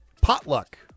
potluck